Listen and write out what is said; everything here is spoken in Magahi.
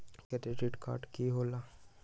क्रेडिट कार्ड की होला?